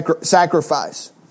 sacrifice